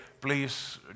please